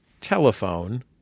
telephone